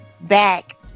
back